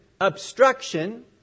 obstruction